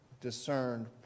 discerned